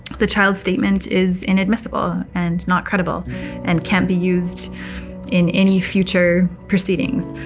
the child's statement is inadmissible and not credible and can't be used in any future proceedings.